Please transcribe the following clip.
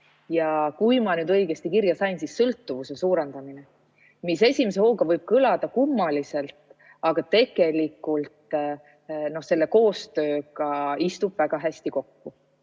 ja kui ma nüüd õigesti kirja sain, "sõltuvuse suurendamine", mis esimese hooga võib kõlada kummaliselt, aga tegelikult see koostööga istub väga hästi kokku.